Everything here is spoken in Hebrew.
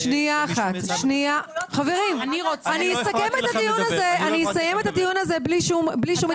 אני לא הפרעתי לכם לדבר.